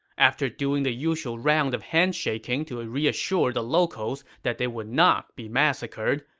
after doing the usual round of handshaking to ah reassure the locals that they would not be massacred,